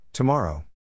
Tomorrow